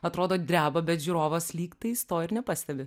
atrodo dreba bet žiūrovas lygtais to ir nepastebi